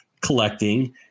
collecting